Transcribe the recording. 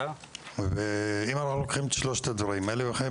אנחנו עדים למקרים מזעזעים,